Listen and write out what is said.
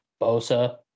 Bosa